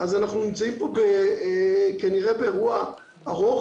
אז אנחנו נמצאים פה כנראה באירוע ארוך.